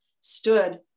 stood